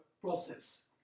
Process